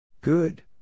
Good